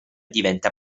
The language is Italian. diventa